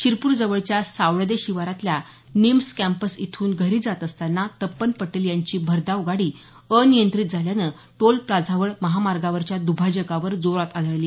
शिरपूर जवळच्या सावळदे शिवारातल्या NIMS campus इथून घरी जात असतांना तपन पटेल यांची भरधाव गाडी अनियंत्रित झाल्यानं पथकर नाक्याजवळ महामार्गावरच्या दुभाजकावर जोरात आदळली